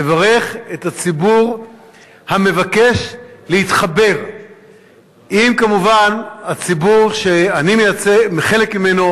לברך את הציבור המבקש להתחבר כמובן עם הציבור שאני מייצג חלק ממנו,